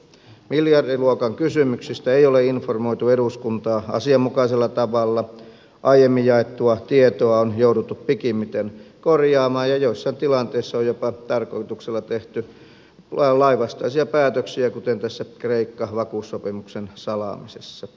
miljardiluokan kysymyksistä ei ole informoitu eduskuntaa asianmukaisella tavalla aiemmin jaettua tietoa on jouduttu pikimmiten korjaamaan ja joissain tilanteissa on jopa tarkoituksella tehty lainvastaisia päätöksiä kuten tässä kreikka vakuussopimuksen salaamisessa